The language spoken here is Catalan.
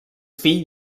fill